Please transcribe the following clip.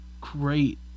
great